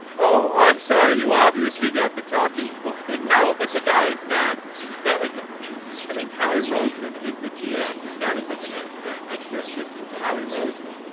oh i'm sorry. you obviously got the talking points. no but the guy is not he's not like he's i mean how he roseman is the gm. this guy was like an ah ah extra assistant to howie roseman.